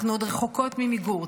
אנחנו עוד רחוקות ממיגור.